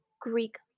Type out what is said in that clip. Greek